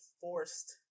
forced